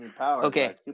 Okay